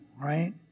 Right